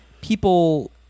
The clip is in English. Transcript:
people